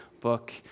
book